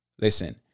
Listen